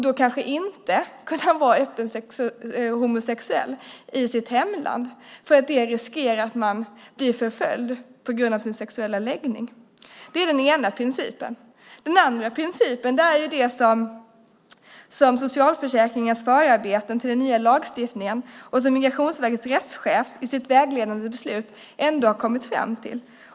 Då kan han inte vara öppet homosexuell i sitt hemland eftersom han riskerar att bli förföljd. Det är den ena principen. Den andra principen är det som framkommit i socialförsäkringsutskottet och i förarbetena till den nya lagstiftningen och som Migrationsverkets rättschef i sitt vägledande beslut har kommit fram till.